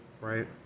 right